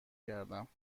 کردم